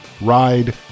Ride